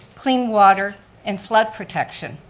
clean water and flood protection.